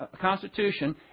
Constitution